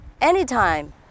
anytime